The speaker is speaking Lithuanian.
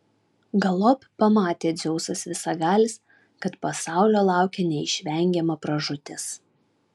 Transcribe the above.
galop pamatė dzeusas visagalis kad pasaulio laukia neišvengiama pražūtis